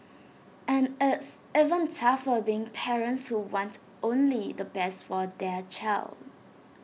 and it's even tougher being parents who want only the best for their child